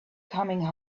coming